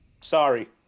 sorry